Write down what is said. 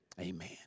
Amen